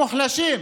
המוחלשים,